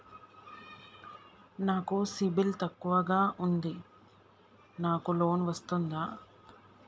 నాకు సిబిల్ తక్కువ ఉంది నాకు లోన్ వస్తుందా?